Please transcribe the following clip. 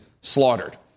slaughtered